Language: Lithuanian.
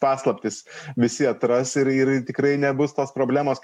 paslaptis visi atras ir ir tikrai nebus tos problemos